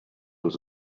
was